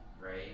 right